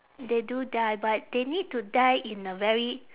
they do die but they need to die in a very